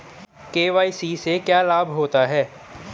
KYC से क्या लाभ होता है?